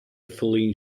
feline